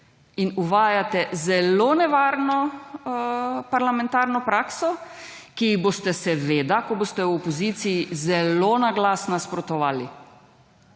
In uvajate zelo nevarno parlamentarno prakso, ki ji boste seveda, ko boste v opoziciji, zelo na glas nasprotoval,